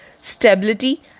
stability